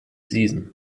season